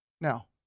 Now